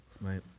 Right